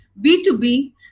B2B